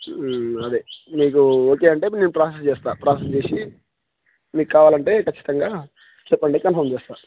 అదే మీకు ఓకే అంటే నేను ప్రాసెస్ చేస్తా ప్రాసెస్ చేసి మీకు కావాలంటే ఖచ్చితంగా చెప్పండి కన్ఫర్మ్ చేస్తా